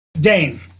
Dane